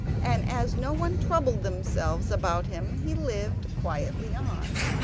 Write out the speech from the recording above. and as no one troubled themselves about him he lived quietly on.